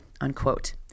unquote